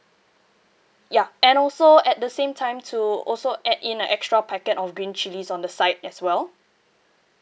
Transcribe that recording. ya and also at the same time to also add in an extra packet of green chillies on the side as well